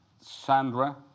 Sandra